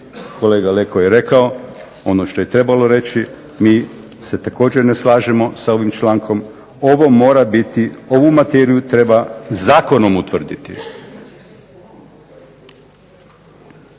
Kolega Leko je rekao ono što je trebao reći. Mi se također ne slažemo sa ovim člankom. Ovu materiju treba zakonom utvrditi.